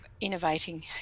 innovating